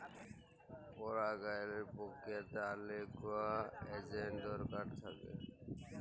পরাগায়লের পক্রিয়াতে অলেক গুলা এজেল্ট দরকার থ্যাকে